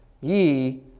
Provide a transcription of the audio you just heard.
ye